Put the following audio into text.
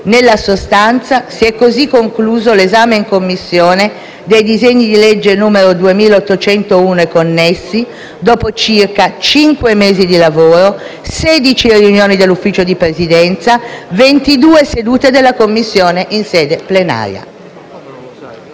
Nella sostanza, si è così concluso l'esame in Commissione del disegno di legge n. 2801 e connessi, dopo circa cinque mesi di lavoro, 16 riunioni dell'Ufficio di Presidenza, 22 sedute della Commissione in sede